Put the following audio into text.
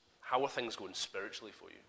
how-are-things-going-spiritually-for-you